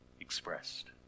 expressed